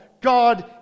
God